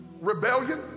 rebellion